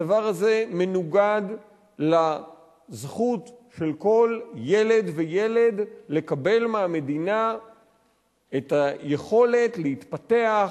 הדבר הזה מנוגד לזכות של כל ילד וילד לקבל מהמדינה את היכולת להתפתח,